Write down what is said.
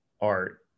art